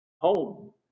home